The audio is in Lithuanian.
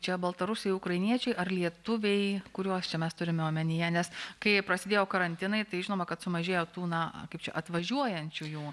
čia baltarusiai ukrainiečiai ar lietuviai kuriuos čia mes turime omenyje nes kai prasidėjo karantinai tai žinoma kad sumažėjo tų na kaip čia atvažiuojančiųjų